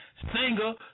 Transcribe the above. singer